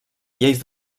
lleis